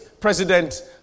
president